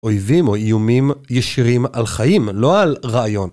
אויבים או איומים ישירים על חיים, לא על רעיון.